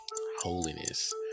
Holiness